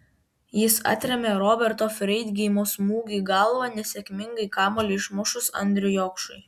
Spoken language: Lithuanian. jis atrėmė roberto freidgeimo smūgį galva nesėkmingai kamuolį išmušus andriui jokšui